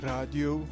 Radio